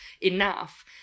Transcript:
enough